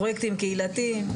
פרויקטים קהילתיים,